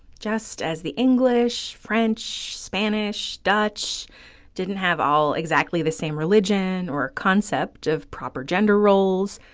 just as the english, french, spanish, dutch didn't have all exactly the same religion or a concept of proper gender roles.